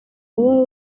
baba